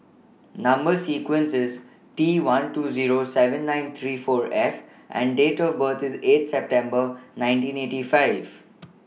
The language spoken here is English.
Number sequence IS T one two Zero seven nine three four F and Date of birth IS eight September nineteen eighty five